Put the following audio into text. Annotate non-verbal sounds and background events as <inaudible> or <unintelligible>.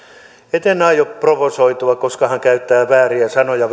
että en aio provosoitua koska hän käyttää vääriä sanoja <unintelligible>